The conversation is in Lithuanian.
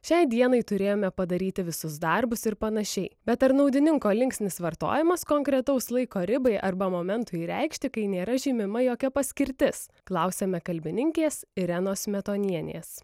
šiai dienai turėjome padaryti visus darbus ir panašiai bet ar naudininko linksnis vartojamas konkretaus laiko ribai arba momentui reikšti kai nėra žymima jokia paskirtis klausiame kalbininkės irenos smetonienės